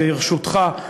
ברשותך,